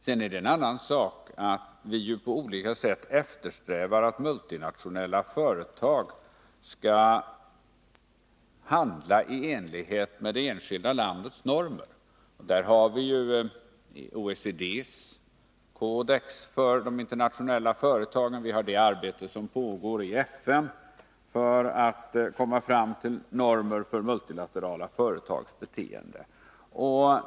Sedan är det en annan sak att vi ju på olika sätt eftersträvar att multinationella företag skall handla i enlighet med det enskilda landets normer. Där finns OECD:s kodex för de internationella företagen. Vi har det arbete som pågår i FN för att komma fram till normer för multilaterala företags beteende.